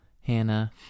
Hannah